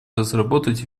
разработать